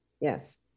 Yes